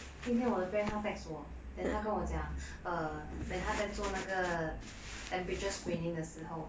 今天我的 friend 她 text 我 then 她跟我讲 err when 她在做那个 temperature screening 的时候